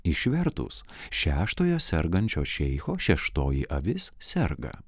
išvertus šeštojo sergančio šeicho šeštoji avis serga